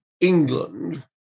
England